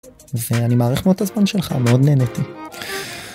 ואני מעריך מאוד הזמן שלך מאוד נהנתי.